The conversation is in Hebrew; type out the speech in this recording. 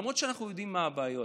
למרות שאנחנו יודעים מה הבעיות,